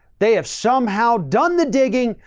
they have somehow done the digging,